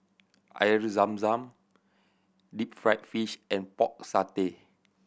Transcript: Air Zam Zam deep fried fish and Pork Satay